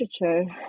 literature